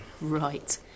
Right